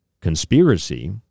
conspiracy